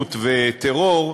ואלימות וטרור,